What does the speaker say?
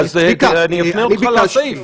אני אפנה אותך לסעיף.